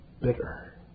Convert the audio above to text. bitter